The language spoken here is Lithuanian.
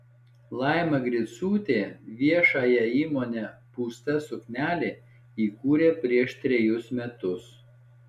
laima griciūtė viešąją įmonę pūsta suknelė įkūrė prieš trejus metus